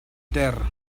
ter